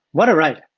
what a ride.